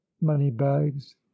money-bags